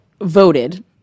voted